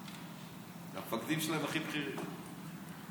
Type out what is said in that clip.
זה המפקדים הכי בכירים שלהם,